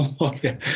okay